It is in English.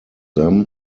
them